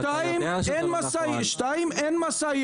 שנית, אין משאיות.